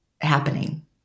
happening